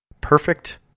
perfect